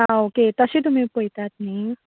आं ओके तशें तुमी पळयतात न्ही